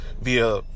via